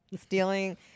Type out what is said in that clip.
Stealing